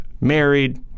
married